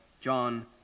John